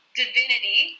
divinity